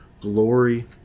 glory